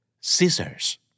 Scissors